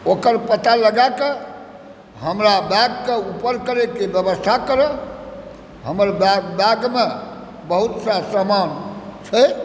ओकर पता लगाकऽ हमरा बैगके उपर करैके बेबस्था करऽ हमर बैगमे बहुत सारा समान छै